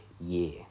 year